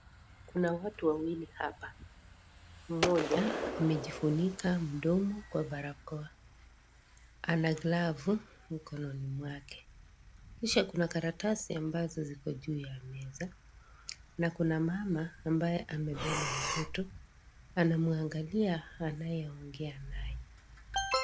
Kuna watu wawili hapa, mmoja amejifunika mdomo kwa barakoa, ana glavu mikononi mwake. Kisha kuna karatasi ambazo ziko juu ya meza na kuna mama ambaye amebeba mtoto anamwangalia anayeongea naye.